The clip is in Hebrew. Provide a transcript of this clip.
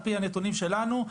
על פי הנתונים שלנו,